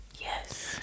Yes